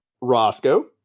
Roscoe